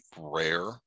rare